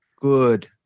Good